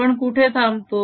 आपण कुठे थांबतो